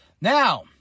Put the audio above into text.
Now